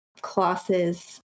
Classes